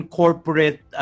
corporate